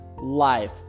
Life